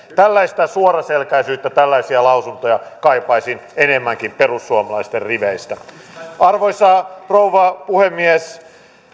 tällaista suoraselkäisyyttä tällaisia lausuntoja kaipaisin enemmänkin perussuomalaisten riveistä arvoisa rouva puhemies